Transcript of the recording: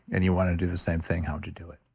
and you want to do the same thing. how would you do it?